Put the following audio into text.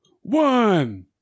one